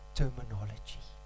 terminology